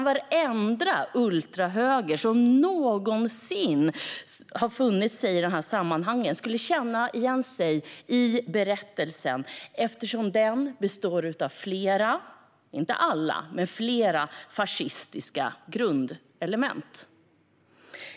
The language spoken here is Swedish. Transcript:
Varenda ultrahöger som någonsin har funnits i dessa sammanhang skulle känna igen sig i berättelsen, eftersom den består av flera - inte alla - fascistiska grundelement.